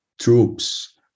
troops